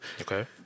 Okay